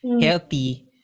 healthy